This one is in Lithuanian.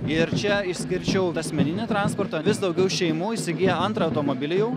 ir čia išskirčiau asmeninį transportą vis daugiau šeimų įsigija antrą automobilį jau